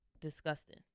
disgusting